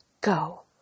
go